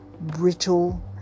brittle